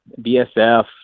BSF